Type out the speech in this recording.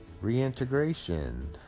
reintegration